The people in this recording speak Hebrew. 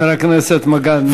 חבר הכנסת מגל, נא לסיים.